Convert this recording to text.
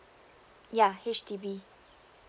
ya H_D_B